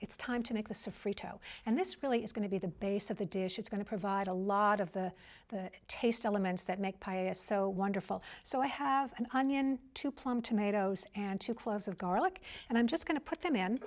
it's time to make a sofrito and this really is going to be the base of the dish it's going to provide a lot of the the taste elements that make pie is so wonderful so i have an onion to plum tomatoes and two cloves of garlic and i'm just going to put them in